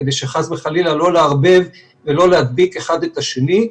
כדי שחס וחלילה לא לערבב ולא להדביק אחד את השני,